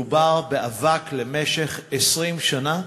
מדובר באבק למשך 20 שנה.